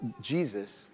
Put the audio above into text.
Jesus